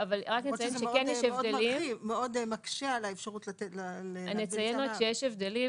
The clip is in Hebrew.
זה מאוד מקשה על האפשרות לתת --- אני אציין רק שיש הבדלים